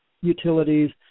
utilities